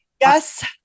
Yes